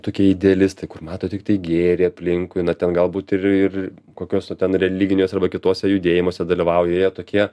tokie idealistai kur mato tiktai gėrį aplinkui na ten galbūt ir ir kokios nu ten religinės arba kituose judėjimuose dalyvauja jie tokie